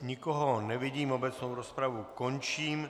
Nikoho nevidím, obecnou rozpravu končím.